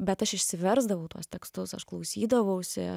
bet aš išsiversdavau tuos tekstus aš klausydavausi